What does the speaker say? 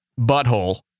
butthole